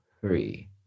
three